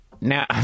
Now